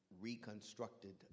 reconstructed